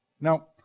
Now